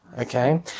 okay